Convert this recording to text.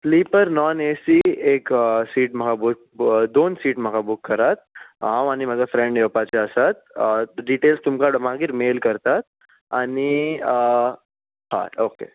slipper non AC एक seat म्हाका बू दोन सीट म्हाका बूक करात हांव आनी म्हजे फ्रेंड येवपाचे आसात डिटेल्स तुमकां मागीर मेल करतात आनी हय ओके